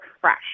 fresh